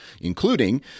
including